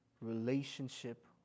relationship